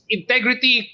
Integrity